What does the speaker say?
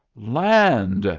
land!